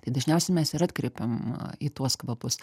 tai dažniausiai mes ir atkreipiam į tuos kvapus